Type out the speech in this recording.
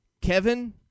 Kevin